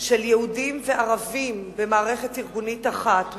של יהודים וערבים במערכת ארגונית אחת,